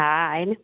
हा हा आहिनि